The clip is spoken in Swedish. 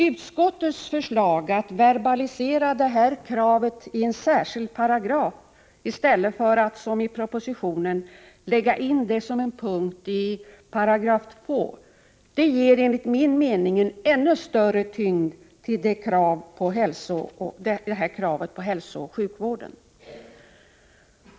Utskottets förslag att verbalisera detta krav i en särskild paragraf, i stället för att som i propositionen lägga in det som en punkti2§, ger enligt min mening en ännu större tyngd åt detta krav på hälsooch sjukvården.